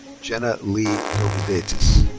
jenna leigh dovydaitis.